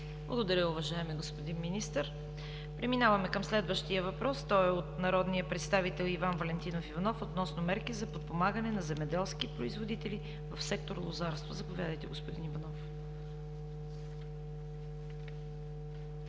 Благодаря, уважаеми господин Министър. Преминаваме към следващия въпрос. Той е от народния представител Иван Валентинов Иванов относно мерки за подпомагане на земеделски производители в сектор „Лозарство“. Заповядайте, господин Иванов.